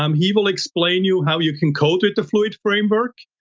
um he will explain you how you can code it to fluid framework.